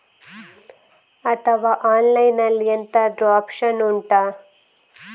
ಅಥವಾ ಆನ್ಲೈನ್ ಅಲ್ಲಿ ಎಂತಾದ್ರೂ ಒಪ್ಶನ್ ಉಂಟಾ